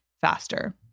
faster